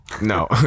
No